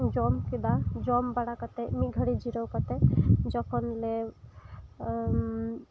ᱡᱚᱢ ᱠᱮᱫᱟ ᱡᱚᱢ ᱵᱟᱲᱟ ᱠᱟᱛᱮ ᱢᱤᱫ ᱜᱷᱟᱹᱲᱤ ᱡᱤᱨᱟᱹᱣ ᱠᱟᱛᱮ ᱡᱚᱠᱷᱚᱱ ᱞᱮ